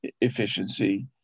efficiency